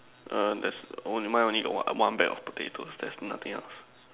err there's only mine only got one one bag of potatoes there's nothing else